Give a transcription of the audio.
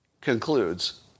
concludes